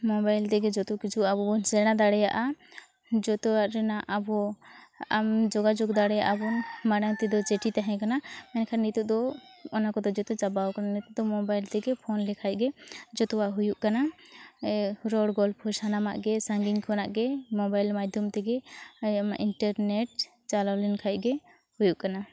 mobile ᱛᱮᱜᱮ ᱟᱵᱚ ᱡᱚᱛᱚ ᱠᱤᱪᱷᱩ ᱟᱵᱚᱵᱚᱱ ᱥᱮᱬᱟ ᱫᱟᱲᱮᱭᱟᱜᱼᱟ ᱡᱚᱛᱚᱣᱟᱜ ᱨᱮᱱᱟᱜ ᱟᱵᱚ ᱟᱢ ᱡᱳᱜᱟᱡᱳᱜᱽ ᱫᱟᱲᱮᱭᱟᱜᱼᱟ ᱵᱚᱱ ᱢᱟᱲᱟᱝᱛᱮ ᱫᱚ ᱪᱤᱴᱷᱤ ᱛᱟᱦᱮᱸ ᱠᱟᱱᱟ ᱢᱮᱱᱠᱷᱟᱱ ᱱᱤᱛᱚᱜ ᱫᱚ ᱚᱱᱟ ᱠᱚᱫᱚ ᱡᱚᱛᱚ ᱪᱟᱵᱟᱣ ᱠᱟᱱᱟ ᱱᱤᱛᱚᱜᱫᱚ ᱢᱳᱵᱟᱭᱤᱞ ᱛᱮᱜᱮ ᱯᱷᱳᱱ ᱞᱮᱠᱷᱟᱱ ᱜᱮ ᱡᱚᱛᱚᱣᱟᱜ ᱦᱩᱭᱩᱜ ᱠᱟᱱᱟ ᱨᱚᱲ ᱜᱚᱞᱯᱷᱚ ᱥᱟᱱᱟᱢᱟᱜ ᱜᱮ ᱥᱟᱺᱜᱤᱧ ᱠᱷᱚᱱᱟᱜ ᱜᱮ ᱢᱳᱵᱟᱭᱤᱞ ᱢᱟᱫᱽᱫᱷᱚᱢ ᱛᱮᱜᱮ ᱤᱱᱴᱟᱨᱱᱮᱴ ᱪᱟᱞᱟᱣ ᱞᱮᱱᱠᱷᱟᱱ ᱜᱮ ᱦᱩᱭᱩᱜ ᱠᱟᱱᱟ